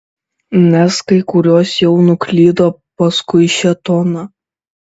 nes kai kurios jau nuklydo paskui šėtoną